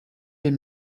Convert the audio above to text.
les